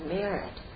merit